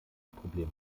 probleme